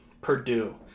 Purdue